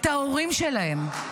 את ההורים שלהם,